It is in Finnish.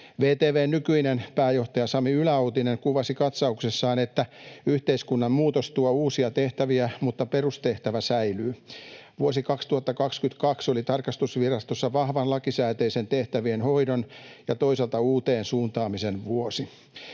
VTV:n nykyinen pääjohtaja Sami Yläoutinen kuvasi katsauksessaan, että yhteiskunnan muutos tuo uusia tehtäviä mutta perustehtävä säilyy. ”Vuosi 2022 oli tarkastusvirastossa vahvan lakisääteisten tehtävien hoidon ja toisaalta uuteen suuntaamisen vuosi.